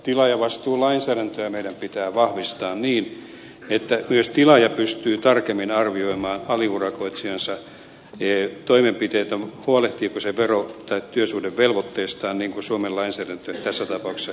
tilaajavastuulainsäädäntöä meidän pitää vahvistaa niin että myös tilaaja pystyy tarkemmin arvioimaan aliurakoitsijansa toimenpiteitä huolehtiiko se vero tai työsuhdevelvoitteistaan niin kuin suomen lainsäädäntö tässä tapauksessa edellyttää